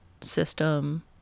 system